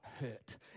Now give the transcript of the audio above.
hurt